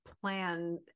plan